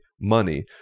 money